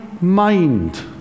mind